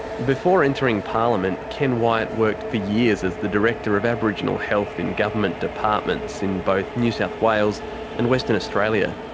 before entering parliament, ken wyatt worked for years as the director of aboriginal health in government departments in both new south wales and western australia,